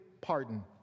pardon